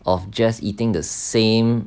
of just eating the same